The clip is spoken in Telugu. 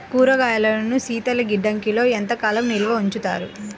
కూరగాయలను శీతలగిడ్డంగిలో ఎంత కాలం నిల్వ ఉంచుతారు?